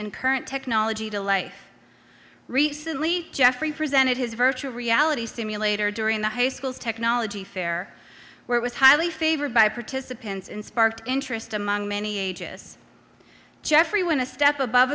and current technology to life recently jeffrey presented his virtual reality simulator during the high school's technology fair where it was highly favored by participants in sparked interest among many ages jeffrey went a step above